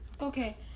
Okay